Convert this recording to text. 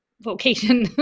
vocation